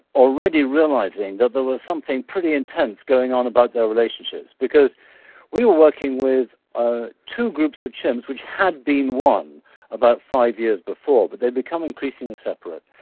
already realizing that there was something pretty intense going on about their relationships because we were working with ah two groups of chimps which had been one about five years before but they had become increasingly separate.